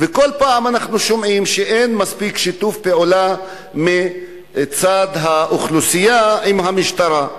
כל פעם אנחנו שומעים שאין מספיק שיתוף פעולה מצד האוכלוסייה עם המשטרה,